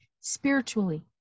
spiritually